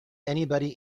anybody